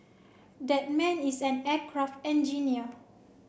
that man is an aircraft engineer